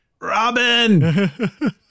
Robin